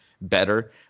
better